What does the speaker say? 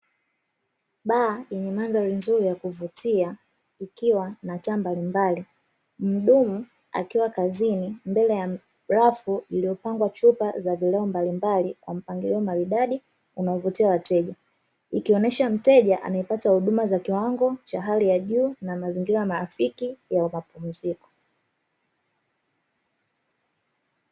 Baa yenye mandhari nzuri ya kuvutia, ikiwa na taa mbalimbali. Mhudumu akiwa kazini mbele ya rafu iliyopangwa chupa za vinywaji mbalimbali kwa mpangilio maridadi unaovutia wateja. Ukionyesha mteja anayepata huduma za kiwango cha hali ya juu na mazingira rafiki ya ukarimu.